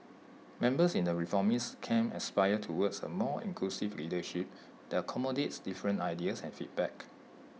members in the reformist camp aspire towards A more inclusive leadership that accommodates different ideas and feedback